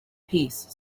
piece